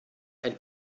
ein